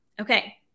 okay